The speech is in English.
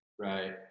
right